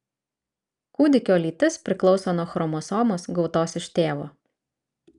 kūdikio lytis priklauso nuo chromosomos gautos iš tėvo